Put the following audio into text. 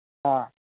ꯑꯥ